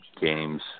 games